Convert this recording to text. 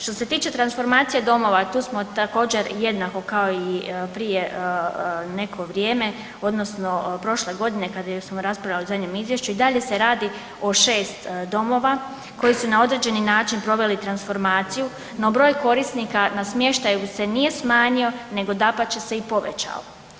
Što se tiče transformacije domova tu smo također jednako kao i prije neko vrijeme odnosno prošle godine kad smo raspravljali o zadnjem izvješću i dalje se radi o šest domova koji su na određeni način proveli transformaciju, no broj korisnika na smještaju se nije smanjio nego dapače se i povećao.